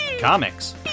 comics